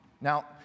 Now